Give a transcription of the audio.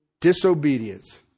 disobedience